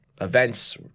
events